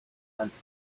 sensed